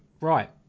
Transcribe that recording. Right